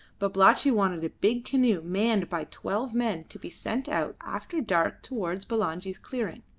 babalatchi wanted a big canoe manned by twelve men to be sent out after dark towards bulangi's clearing.